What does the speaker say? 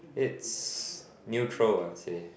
it's neutral I would say